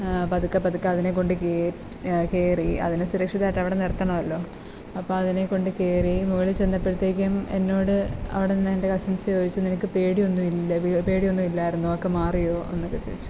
പതുക്കെ പതുക്കെ അതിനെ കൊണ്ട് കേറ്റ് കയറി അതിനെ സുരക്ഷിതമായിട്ട് അവിടെ നിർത്തണമല്ലോ അപ്പം അതിനെ കൊണ്ട് കയറി മുകളിൽ ചെന്നപ്പോഴത്തേക്കും എന്നോട് അവിടെ നിന്ന എൻ്റെ കസിൻസ് ചോദിച്ചു നിനക്ക് പേടി ഒന്നും ഇല്ലേ പേടി ഒന്നും ഇല്ലായിരുന്നോ അതൊക്കെ മാറിയോ എന്നൊക്കെ ചോദിച്ചു